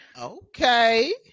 okay